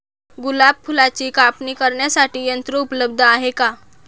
गुलाब फुलाची कापणी करण्यासाठी यंत्र उपलब्ध आहे का?